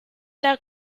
era